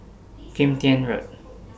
Kim Tian Road